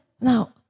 Now